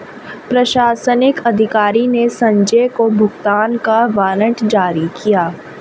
प्रशासनिक अधिकारी ने संजय को भुगतान का वारंट जारी किया